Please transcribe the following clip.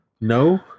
No